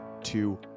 two